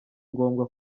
ngombwa